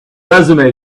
resume